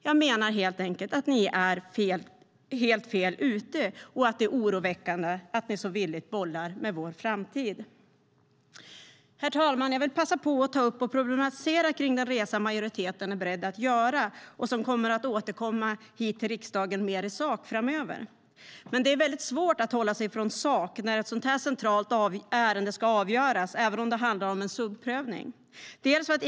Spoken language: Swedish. Jag menar helt enkelt att ni är helt fel ute och att det är oroväckande att ni så villigt bollar med vår framtid. Herr talman! Jag vill passa på att problematisera kring den resa majoriteten är beredd att göra och som i sak återkommer hit till riksdagen framöver. Det är mycket svårt att hålla sig från saken när ett sådant här centralt ärende ska avgöras även om det handlar om en subsidiaritetsprövning.